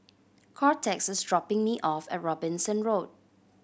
Cortez is dropping me off at Robinson Road